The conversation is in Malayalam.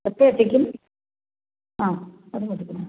എപ്പോൾ എത്തിക്കും ആ അതുമതി